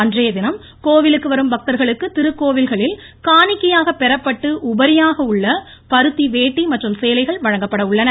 அன்றைய தினம் கோவிலுக்கு வரும் பக்தர்களுக்கு திருக்கோவில்களில் காணிக்கையாக பெறப்பட்டு உபரியாக உள்ள பருத்தி வேட்டி மற்றும் சேலைகள் வழங்கப்பட உள்ளன